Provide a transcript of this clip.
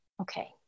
Okay